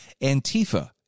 Antifa